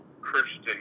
Christian